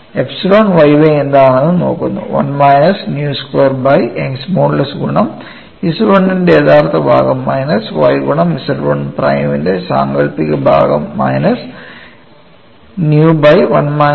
epsilon yy എന്താണെന്നും നോക്കുന്നു 1 minus nu square by Young's modulus ഗുണം Z 1 ന്റെ യഥാർത്ഥ ഭാഗം മൈനസ് y ഗുണം Z 1 പ്രൈമിന്റെ സാങ്കൽപ്പിക ഭാഗം minus nu by 1 minus nu Z1 real ഭാഗം